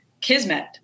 kismet